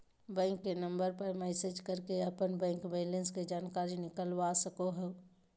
bank के number पर message करके अपन बैंक बैलेंस के जानकारी निकलवा सको हो